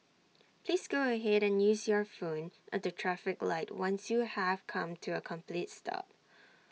please go ahead and use your phone at the traffic light once you have come to A complete stop